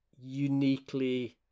uniquely